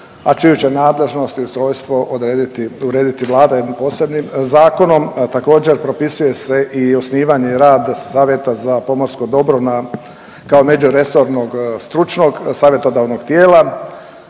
a čiju će nadležnost i ustrojstvo odrediti, urediti Vlada jednim posebnim zakonom. Također, propisuje se i osnivanje i rad savjeta za pomorsko dobro na, kao međuresornog stručnog savjetodavnog tijela.